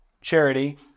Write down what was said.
charity